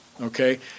Okay